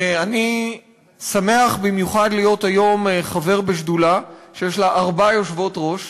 ואני שמח במיוחד להיות היום חבר בשדולה שיש לה ארבע יושבות-ראש.